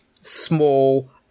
small